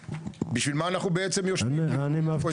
תוהה בשביל מה אנחנו בעצם יושבים --- א',